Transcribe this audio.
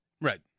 Right